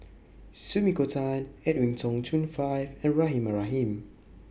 Sumiko Tan Edwin Tong Chun Fai and Rahimah Rahim